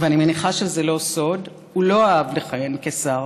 ואני מניחה שזה לא סוד, הוא לא אהב לכהן כשר,